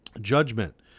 Judgment